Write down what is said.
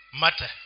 matter